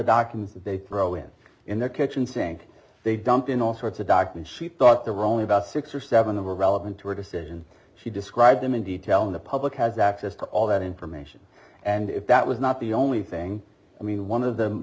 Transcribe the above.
documents that they throw in in the kitchen sink they dumped in all sorts of documents she thought there were only about six or seven of are relevant to her decision she described them in detail in the public has access to all that information and if that was not the only thing i mean one of them